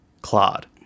claude